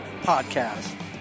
Podcast